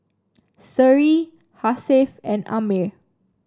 Seri Hasif and Ammir